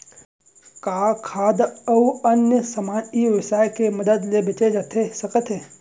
का खाद्य अऊ अन्य समान ई व्यवसाय के मदद ले बेचे जाथे सकथे?